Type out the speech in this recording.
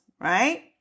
right